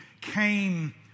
came